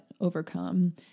overcome